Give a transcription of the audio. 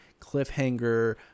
cliffhanger